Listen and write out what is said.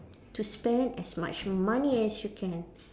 to spend as much money as you can